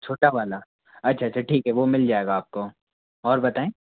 छोटा वाला अच्छा अच्छा ठीक है वो मिल जाएगा आपको और बताएं